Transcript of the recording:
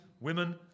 women